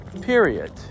Period